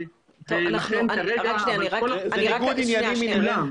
ולכן כרגע --- זה ניגוד עניינים אינהרנטי.